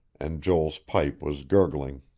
and joel's pipe was gurgling.